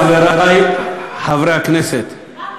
חבר הכנסת עודד פורר.